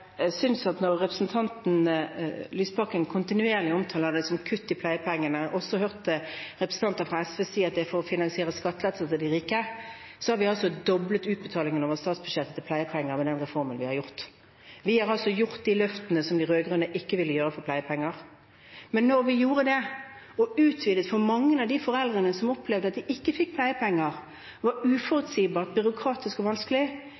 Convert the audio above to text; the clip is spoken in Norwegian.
også hørt representanter fra SV si at det er for å finansiere skattelettelser til de rike – at vi har doblet utbetalingene over statsbudsjettet til pleiepengeordningen med den reformen vi har gjennomført. Vi har altså tatt de løftene for pleiepengeordningen som de rød-grønne ikke ville ta. Men da vi utvidet ordningen for mange av de foreldrene som opplevde at de ikke fikk pleiepenger, at det var uforutsigbart, byråkratisk og vanskelig,